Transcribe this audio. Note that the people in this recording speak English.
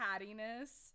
cattiness